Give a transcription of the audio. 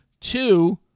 Two